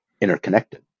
interconnected